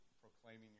proclaiming